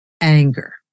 anger